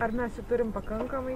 ar mes jų turim pakankamai